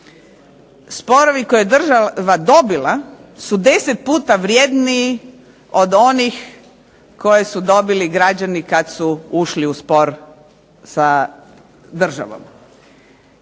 sporovi koje je država dobila su deset puta vredniji od onih koje su dobili građani kad su ušli u spor sa državom.